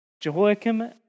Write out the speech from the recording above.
Jehoiakim